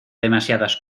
demasiadas